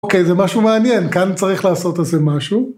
אוקיי, זה משהו מעניין, כאן צריך לעשות איזה משהו.